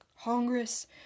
Congress